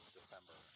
December